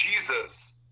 Jesus